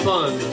Fun